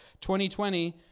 2020